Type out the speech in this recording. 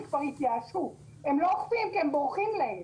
הם כבר התייאשו והם לא אוכפים כי הם בורחים להם.